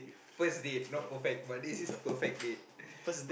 first date no perfect but this is perfect date